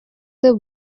the